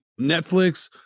netflix